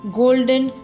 golden